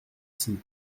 scie